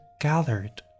gathered